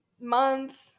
month